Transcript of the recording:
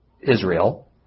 Israel